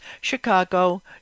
Chicago